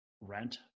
rent